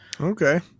okay